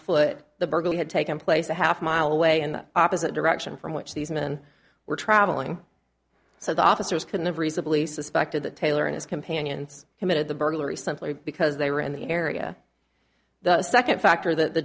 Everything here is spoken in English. foot the burglary had taken place a half mile away in the opposite direction from which these men were traveling so the officers couldn't have reasonably suspected that taylor and his companions committed the burglary simply because they were in the area the second factor that the